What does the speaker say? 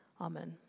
Amen